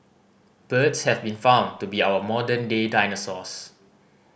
birds have been found to be our modern day dinosaurs